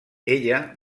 ella